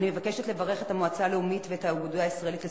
לא פחות מ-400,000 איש בישראל מאובחנים כחולי